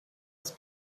ist